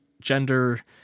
gender